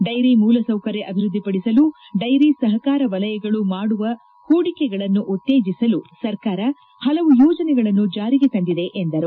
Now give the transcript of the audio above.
dairy ಮೂಲಸೌಕರ್ಯ ಅಭಿವೃದ್ದಿಪಡಿಸಲು dairy ಸಹಕಾರ ವಲಯಗಳು ಮಾಡುವ ಹೂಡಿಕೆಗಳನ್ನು ಉತ್ತೇಜಿಸಲು ಸರ್ಕಾರ ಹಲವು ಯೋಜನೆಗಳನ್ನು ಜಾರಿಗೆ ತಂದಿದೆ ಎಂದರು